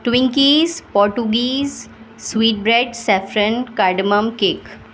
twinkies portuguese sweet bread saffron cardamom cake